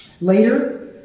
Later